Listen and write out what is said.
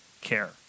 care